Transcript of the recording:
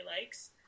likes